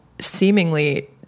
seemingly